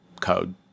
code